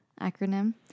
acronym